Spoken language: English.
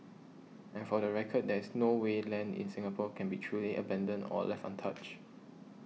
and for the record there is no way land in Singapore can be truly abandoned or left untouched